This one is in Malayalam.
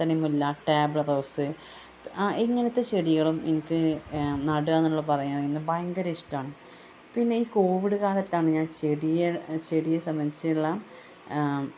പത്തണി മുല്ല ടേബിൾ റോസ് ഇങ്ങനത്തെ ചെടികളും എനിക്ക് നടുകയെന്നു പറയുന്നത് എനിക്ക് ഭയങ്കര ഇഷ്ടമാണ് പിന്നെ ഈ കോവിഡ് കാലത്താണ് ഞാൻ ചെടിയെ ചെടിയെ സംബന്ധിച്ചുള്ള